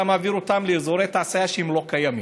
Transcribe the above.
מעביר אותם לאזורי תעשייה שלא קיימים,